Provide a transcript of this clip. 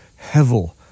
hevel